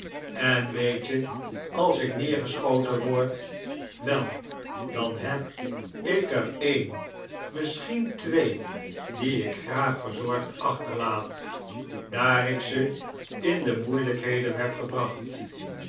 en weet je als ik neergeschoten word wel dan heb ik er een misschien twee die ik graag verzorgd achterlaat daar ik ze in de moeilijkheden heb gebracht